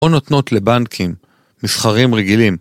או נותנות לבנקים, מסחרים רגילים.